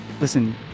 listen